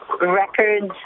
records